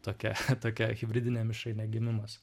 tokia tokia hibridinė mišrainė gimimas